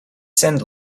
send